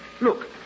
Look